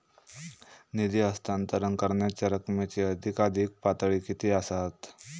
निधी हस्तांतरण करण्यांच्या रकमेची अधिकाधिक पातळी किती असात?